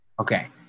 Okay